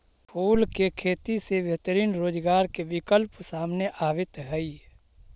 फूल के खेती से बेहतरीन रोजगार के विकल्प सामने आवित हइ